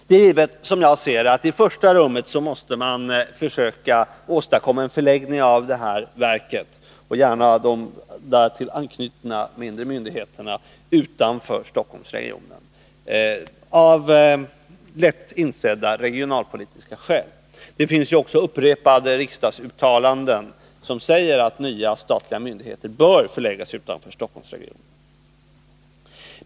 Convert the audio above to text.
Det är givet att man i första rummet måste försöka åstadkomma en förläggning av detta verk och de därtill anknutna mindre myndigheterna utanför Stockholmsregionen, av lätt insedda regionalpolitiska skäl. Det har ju också i upprepade riksdagsuttalanden anförts att nya statliga myndigheter bör förläggas utanför Stockholmsregionen.